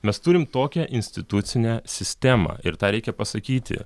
mes turim tokią institucinę sistemą ir tą reikia pasakyti